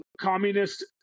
communist